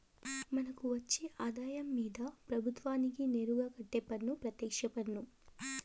మనకు వచ్చే ఆదాయం మీద ప్రభుత్వానికి నేరుగా కట్టే పన్ను పెత్యక్ష పన్ను